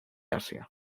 asia